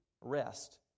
rest